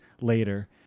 later